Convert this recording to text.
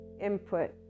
input